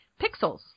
pixels